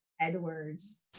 Edwards